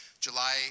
July